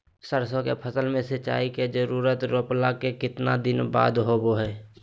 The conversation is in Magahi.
सरसों के फसल में सिंचाई के जरूरत रोपला के कितना दिन बाद होबो हय?